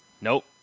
Nope